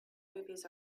movies